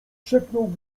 szepnął